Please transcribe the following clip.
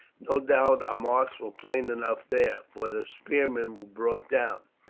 no doubt our marks were plain enough there, for the spearmen were brought down.